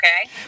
okay